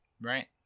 Right